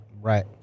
Right